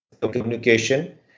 communication